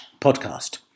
podcast